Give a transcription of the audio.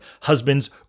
husbands